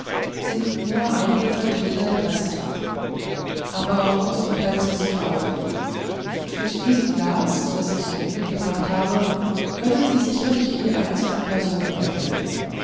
sind nur einige vertreter der presse da aber unsre plätze sind auch gut und mit diesem glas daß ich ihnen mitgebracht habe können sie sicherlich die einzelnen personen erkennen